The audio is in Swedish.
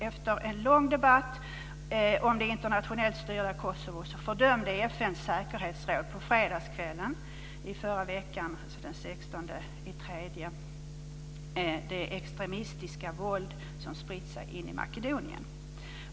Efter en lång debatt om det internationellt styrda Kosovo fördömde FN:s säkerhetsråd på kvällen fredagen den 16 mars det extremistiska våld som har spritt sig in i Makedonien.